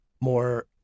more